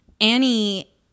Annie